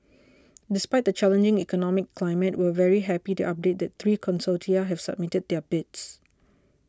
despite the challenging economic climate we're very happy to update that three consortia have submitted their bids